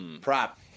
Prop